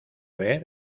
ver